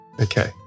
Okay